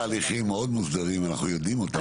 יש תהליכים מאוד מוסדרים, אנחנו יודעים אותם,